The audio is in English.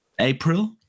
april